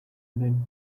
même